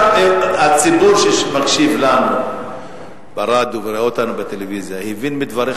הציבור שמקשיב לנו ברדיו ורואה אותנו בטלוויזיה הבין מדבריך